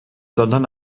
sondern